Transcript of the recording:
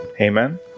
Amen